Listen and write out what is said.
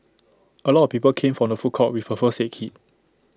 A lot of people came from the food court with A first said kit